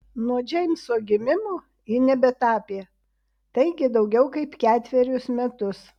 nuo džeimso gimimo ji nebetapė taigi daugiau kaip ketverius metus